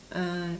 uh